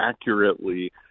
accurately